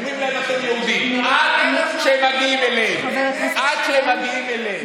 אומרים להם: אתם יהודים, עד שהם מגיעים אליהם.